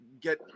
get –